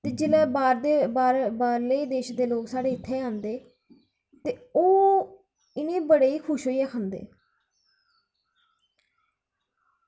ते जिसले बाह्रले देश दे लोग जेह्ड़े साढ़े इत्थै आंदे ते ओह् इ'नें गी बड़े गै खुश होइयै खंदे